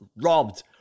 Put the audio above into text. robbed